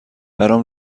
برام